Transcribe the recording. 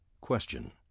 Question